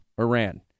Iran